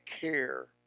care